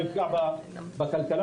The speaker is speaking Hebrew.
ופגיעה בכלכלה